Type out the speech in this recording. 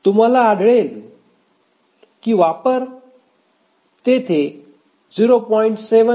आम्हाला आढळले आहे की वापर तेथे 0